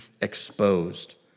exposed